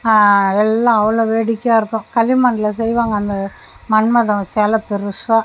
எல்லாம் அவ்வளோ வேடிக்கையாக இருக்கும் களிமணில் செய்வாங்க அந்த மன்மதன செலை பெருசாக